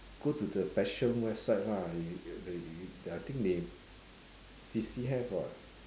go to the passion website lah I think they C_C have [what]